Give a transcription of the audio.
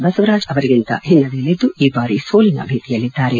ಬಸವರಾಜ್ ಅವರಿಗಿಂತ ಹಿನ್ನಡೆಯಲ್ಲಿದ್ದು ಈ ಬಾರಿ ಸೋಲಿನ ಭೀತಿಯಲ್ಲಿದ್ದಾರೆ